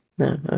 No